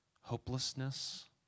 hopelessness